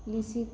ਲੀਸੀ